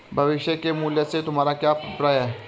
भविष्य के मूल्य से तुम्हारा क्या अभिप्राय है?